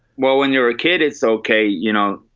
well, when you're a kid, it's ok. you know,